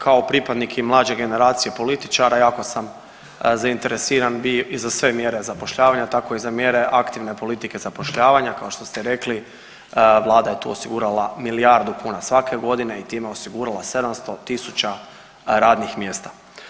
Kao pripadnik i mlađe generacije političara jako sam zainteresiran i za sve mjere zapošljavanja tako i za mjere aktivne politike zapošljavanja kao što st rekli vlada je tu osigurala milijardu kuna svake godine i time osigurala 700.000 radnih mjesta.